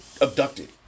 abducted